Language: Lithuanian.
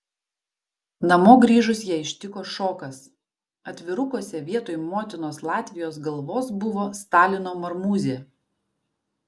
namo grįžus ją ištiko šokas atvirukuose vietoj motinos latvijos galvos buvo stalino marmūzė